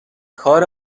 کار